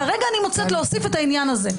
כרגע אני מוצאת להוסיף את העניין הזה.